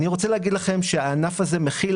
אני רוצה להגיד לכם שהענף הזה מכיל